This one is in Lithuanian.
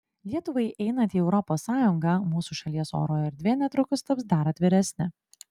lietuvai einant į europos sąjungą mūsų šalies oro erdvė netrukus taps dar atviresnė